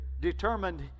determined